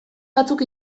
batzuk